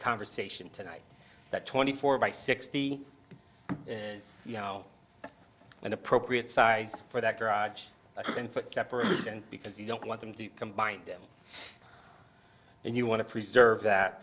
conversation tonight that twenty four by sixty and you know an appropriate size for that garage i think that separation because you don't want them to combine them and you want to preserve that